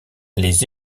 les